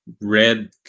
red